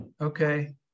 okay